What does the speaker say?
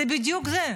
זה בדיוק זה.